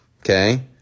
Okay